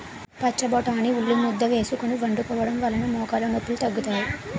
పచ్చబొటాని ని ఉల్లిముద్ద వేసుకొని వండుకోవడం వలన మోకాలు నొప్పిలు తగ్గుతాయి